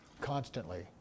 constantly